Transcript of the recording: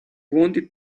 wanted